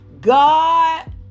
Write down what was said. God